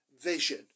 vision